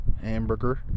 hamburger